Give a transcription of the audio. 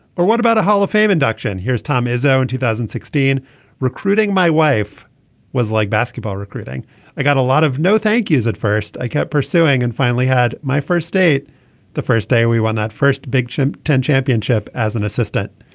or what about a hall of fame induction. here's tom izzo in two thousand and sixteen recruiting my wife was like basketball recruiting i got a lot of no thank you's at first i kept pursuing and finally had my first date the first day we won that first big ten championship as an assistant.